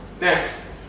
Next